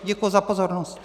Děkuji za pozornost.